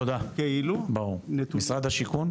משרד השיכון?